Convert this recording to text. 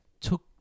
Took